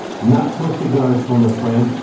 not for cigars from a friend,